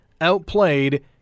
outplayed